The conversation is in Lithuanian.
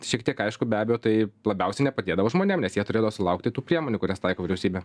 šiek tiek aišku be abejo tai labiausiai nepadėdavo žmonėm nes jie turėdavo sulaukti tų priemonių kurias taiko vyriausybė